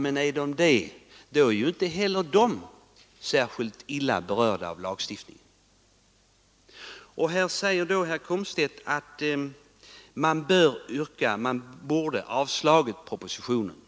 Men om de är det, så är ju inte heller de särskilt illa berörda av lagstiftningen. Herr Komstedt sade att man borde ha förhindrat propositionen.